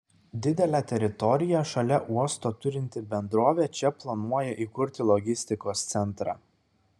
didelę teritoriją šalia uosto turinti bendrovė čia planuoja įkurti logistikos centrą